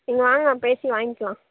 நீங்கள் வாங்க நாம் பேசி வாங்கிக்கலாம்